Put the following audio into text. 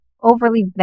overly